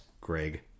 Greg